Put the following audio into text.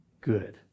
good